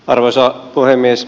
arvoisa puhemies